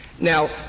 Now